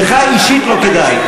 לך אישית לא כדאי.